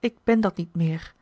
ik ben dat niet meer